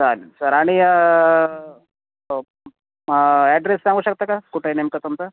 चालेल सर आणि ॲड्रेस सांगू शकता का कुठं आहे नेमकं तुमचा